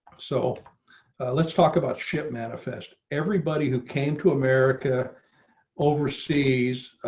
so let's talk about ship manifest everybody who came to america overseas.